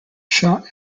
shot